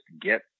get